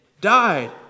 died